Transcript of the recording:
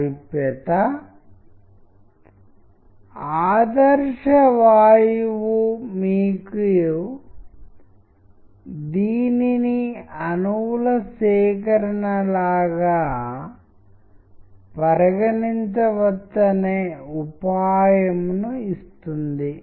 చిత్రాలు లేకుండా మీరు నిశితంగా పరిశీలిస్తే ఇక్కడ ఒక వ్యక్తి టీవీ ముందు కొద్దిసేపు గడుపుతున్నాడని మరియు చాలా బాధించే భార్యను కలిగి ఉన్నాడని మీరు కనుగొంటారు మరియు అతను తన జీవితాన్ని దుర్భరమైన మార్గంగా మార్చుకున్నాడు మరియు అతను ఒక మార్గం గురించి ఆలోచిస్తూ చుట్టూ చూస్తున్నాడు